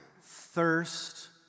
thirst